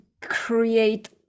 create